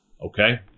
Okay